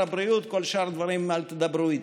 הבריאות ועל כל שאר הדברים אל תדברו איתי.